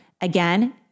Again